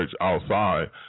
outside